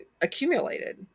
accumulated